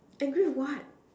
angry what